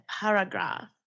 paragraph